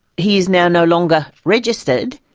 he is now no longer registered,